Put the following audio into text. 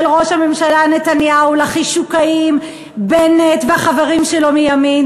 ראש הממשלה נתניהו לחישוקאים בנט והחברים שלו מימין,